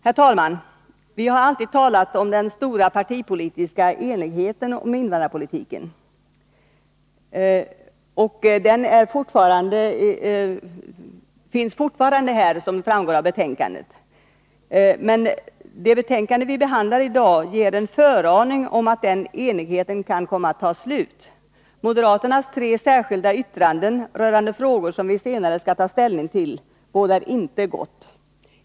Herr talman! Vi har alltid talat om den stora partipolitiska enigheten om invandrarpolitiken. Den enigheten finns fortfarande, som framgår av betänkandet. Men det betänkande vi behandlar i dag ger också en föraning om att den enigheten snabbt kan ta slut. Moderaternas tre särskilda yttranden rörande frågor som vi senare skall ta ställning till bådar inte gott.